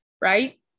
right